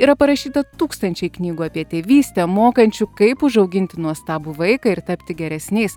yra parašyta tūkstančiai knygų apie tėvystę mokančių kaip užauginti nuostabų vaiką ir tapti geresniais